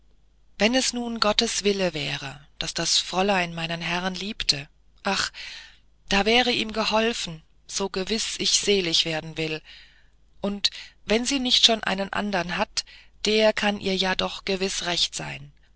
wenn es nun gottes wille wäre daß das fräulein meinen herrn liebte ach da wäre ihm geholfen so gewiß ich selig werden will und wenn sie nicht schon einen andern hat der kann ihr ja doch gewiß recht sein